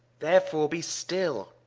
therefore be still